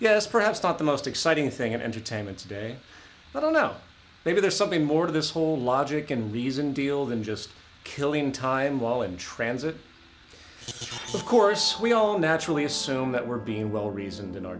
yes perhaps not the most exciting thing in entertainment today i don't know maybe there's something more to this whole logic and reason deal than just killing time while in transit of course we all naturally assume that we're being well reasoned in our